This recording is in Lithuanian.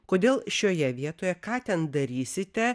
kodėl šioje vietoje ką ten darysite